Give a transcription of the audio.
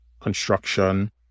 construction